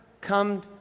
come